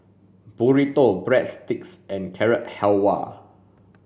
Burrito Breadsticks and Carrot Halwa